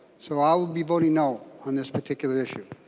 so i will be voting no on this particular issue.